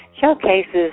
showcases